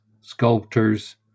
sculptors